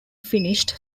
finished